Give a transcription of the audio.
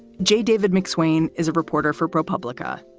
jay, david mcswain is a reporter for propublica.